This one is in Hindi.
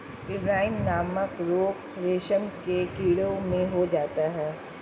पेब्राइन नामक रोग रेशम के कीड़ों में हो जाता है